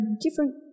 different